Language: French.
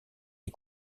les